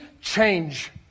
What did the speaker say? Change